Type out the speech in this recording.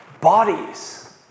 bodies